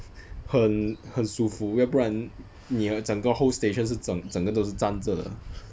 很很舒服要不然你的整个 whole station 是整整个都是站着的